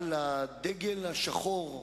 אבל הדגל השחור,